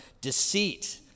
deceit